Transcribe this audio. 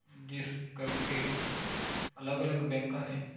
ਜਿਸ ਕਰਕੇ ਅਲੱਗ ਅਲੱਗ ਬੈਂਕਾਂ ਨੇ